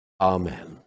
Amen